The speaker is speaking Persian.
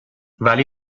ولی